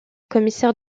commissaire